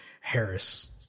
Harris